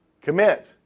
commit